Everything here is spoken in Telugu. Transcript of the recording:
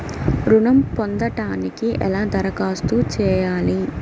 ఋణం పొందటానికి ఎలా దరఖాస్తు చేయాలి?